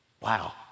Wow